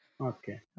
Okay